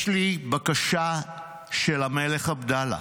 יש לי בקשה של המלך עבדאללה,